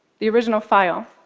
the original file.